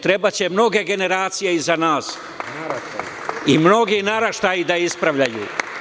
Trebaće mnoge generacije iza nas i mnogi naraštaji da ispravljaju.